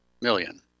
million